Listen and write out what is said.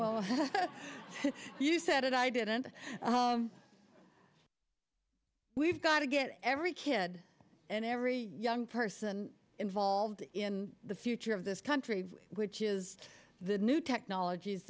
you said it i didn't we've got to get every kid and every young person involved in the future of this country which is the new technologies